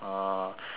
so